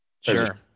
sure